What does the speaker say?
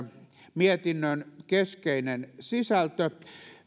mietinnön keskeinen sisältö